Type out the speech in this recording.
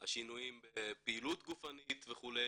והשינויים בפעילות גופנית וכולי